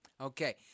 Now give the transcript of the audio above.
Okay